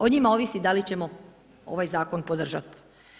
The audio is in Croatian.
O njima ovisi da li ćemo ovaj zakon podržati.